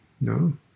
no